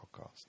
podcast